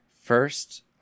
first